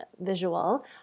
visual